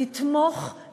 לתמוך,